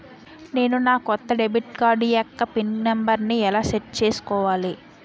నేను నా కొత్త డెబిట్ కార్డ్ యెక్క పిన్ నెంబర్ని ఎలా సెట్ చేసుకోవాలి?